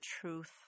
truth